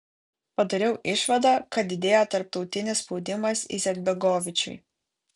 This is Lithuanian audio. padariau išvadą kad didėjo tarptautinis spaudimas izetbegovičiui